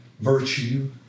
virtue